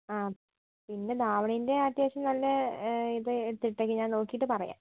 ആ പിന്നെ ധാവണീൻ്റെ അത്യാവശ്യം നല്ല ഇത് എടുത്ത് ഇട്ടേക്ക് ഞാൻ നോക്കീട്ട് പറയാം